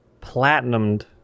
platinumed